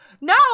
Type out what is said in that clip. No